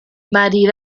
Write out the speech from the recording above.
mary